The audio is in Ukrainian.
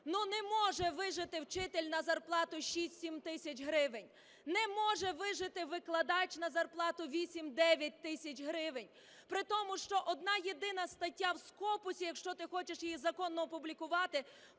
Ну, не може вижити вчитель на зарплату 6-7 тисяч гривень. Не може вижити викладач на зарплату 8-9 тисяч гривень, притому що одна-єдина стаття в Scopus, якщо ти хочеш її законно опублікувати,